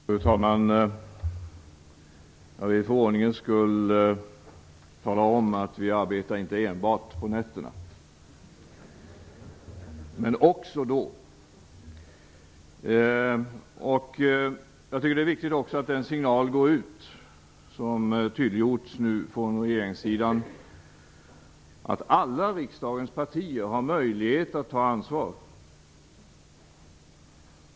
Fru talman! Jag vill för ordningens skull tala om att vi arbetar inte enbart på nätterna - men också då. Jag tycker att det är viktigt att den signal går ut som nu tydliggjorts från regeringens sida, att alla riksdagens partier har möjlighet att ta ansvar.